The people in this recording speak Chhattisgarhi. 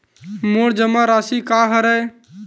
मोर जमा राशि का हरय?